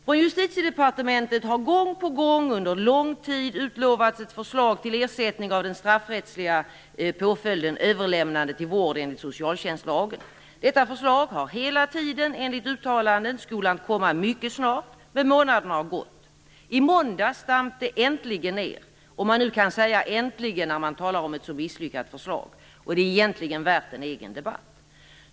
Från Justitiedepartementet har gång på gång under lång tid utlovats ett förslag till ersättning av den straffrättsliga påföljden "överlämnande till vård enligt socialtjänstlagen". Detta förslag har hela tiden, enligt uttalandet, skolat komma mycket snart. Men månaderna har gått. I måndags damp det äntligen ned - om man nu kan säga "äntligen" när man talar om ett så misslyckat förslag. Det är egentligen värt en egen debatt.